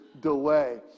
delay